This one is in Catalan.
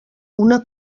una